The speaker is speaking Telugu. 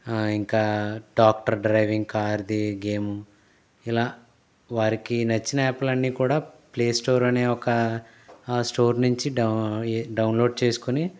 ఇంకా doctor driving car the game ఇలా వారికి నచ్చిన యాప్లన్ని కూడా ప్లే స్టోర్ అనే ఒక స్టోర్ నుంచి డౌ డౌన్ లోడ్ చేసుకొని